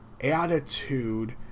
attitude